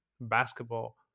basketball